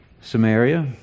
Samaria